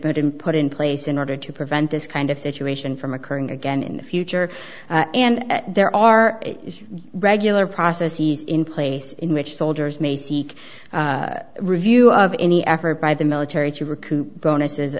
been put in place in order to prevent this kind of situation from occurring again in the future and there are regular processes in place in which soldiers may seek review of any effort by the military to recoup bonuses